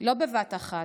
לא בבת אחת,